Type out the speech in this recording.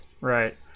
Right